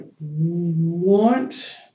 want